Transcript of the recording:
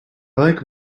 like